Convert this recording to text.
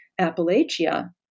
Appalachia